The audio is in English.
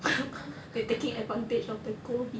they are taking advantage of the COVID